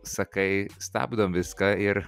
sakai stabdom viską ir